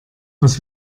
was